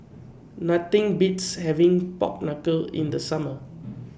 Nothing Beats having Pork Knuckle in The Summer